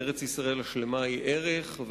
ארץ-ישראל השלמה היא ערך,